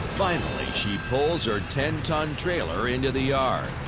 finally, she pulls her ten ton trailer into the yard.